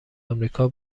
آمریکا